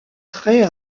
traits